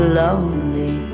lonely